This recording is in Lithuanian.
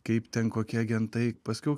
kaip ten kokie agentai paskiau